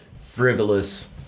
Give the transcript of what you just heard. frivolous